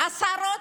עשרות,